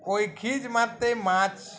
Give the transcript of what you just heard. ওই খিঁচ মারতেই মাছ